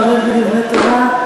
להיפרד בדברי תורה.